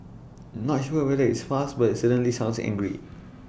not sure whether it's fast but IT certainly sounds angry